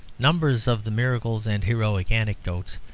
numbers of the miracles and heroic anecdotes,